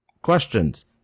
questions